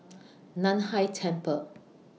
NAN Hai Temple